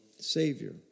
Savior